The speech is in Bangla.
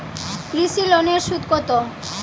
কৃষি লোনের সুদ কত?